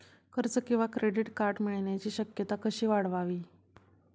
कर्ज किंवा credit card मिळण्याची शक्यता कशी वाढवावी?